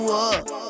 up